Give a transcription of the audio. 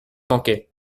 manquer